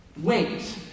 Wait